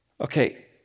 Okay